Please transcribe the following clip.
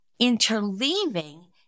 Interleaving